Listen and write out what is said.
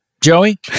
Joey